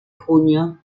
junio